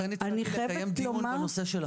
לכן הצעתי לקיים דיון בנושא של החוק.